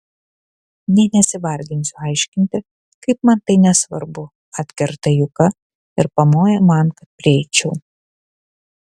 nė nesivarginsiu aiškinti kaip man tai nesvarbu atkerta juka ir pamoja man kad prieičiau